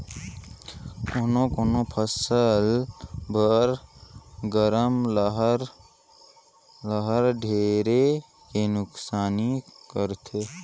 कोनो कोनो फसल बर गरम लहर हर ढेरे के नुकसानी करथे